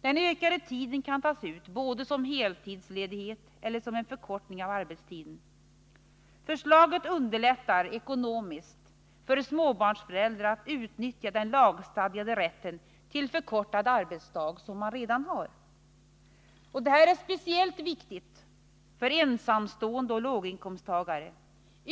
Den ökade tiden kan tas ut både som heltidsledighet och som en förkortning av arbetstiden. Förslaget underlättar ekonomiskt för småbarnsföräldrar att utnyttja den lagstadgade rätt till förkortad arbetsdag som de redan har. Speciellt viktigt är detta för ensamstående och låginkomsttagare.